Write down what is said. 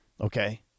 okay